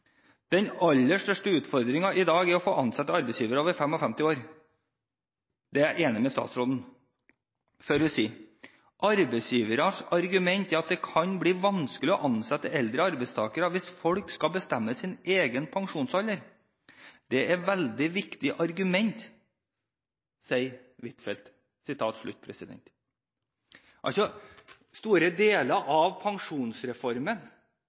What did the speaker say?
Den logikken klarer ikke jeg å bli med på. Og statsråden sier videre: «Den aller største utfordringen i dag er at få ansetter arbeidstagere over 55 år.» Der er jeg enig med statsråden, for hun sier: «Arbeidsgivernes argument er at det kan bli vanskeligere å ansette eldre arbeidstagere hvis folk skal bestemme sin egen pensjonsalder. Det er veldig viktige argumenter.» Store deler av pensjonsreformen,